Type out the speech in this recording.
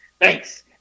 Thanks